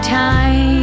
time